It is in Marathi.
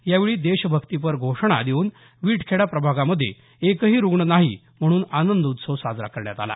यावेळी देश भक्ती पर घोषणा देऊन विटखेडा प्रभागामध्ये एकही रूग्ण नाही म्हणून आनंद उत्सव साजरा केला